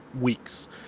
weeks